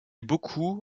beaucoup